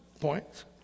points